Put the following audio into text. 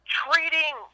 treating